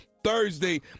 Thursday